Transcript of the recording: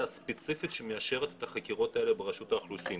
הספציפית שמאשרת את החקירות האלה ברשות האוכלוסין.